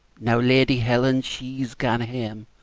now lady helen she's gane hame,